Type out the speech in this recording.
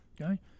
Okay